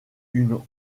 une